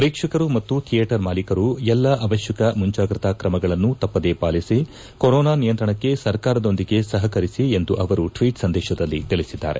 ಪ್ರೇಕ್ಷಕರು ಮತ್ತು ಧಿಯೇಟರ್ ಮಾಲೀಕರು ಎಲ್ಲ ಅವಶ್ಯಕ ಮುಂಜಾಗ್ರತಾ ಕ್ರಮಗಳನ್ನು ತಪ್ಪದೇ ಪಾಲಿಸಿ ಕೊರೋನಾ ನಿಯಂತ್ರಣಕ್ಕೆ ಸರ್ಕಾರದೊಂದಿಗೆ ಸಪಕರಿಸಿ ಎಂದು ಆವರು ಟ್ವೀಟ್ ಸಂದೇಶದಲ್ಲಿ ತಿಳಿಸಿದ್ದಾರೆ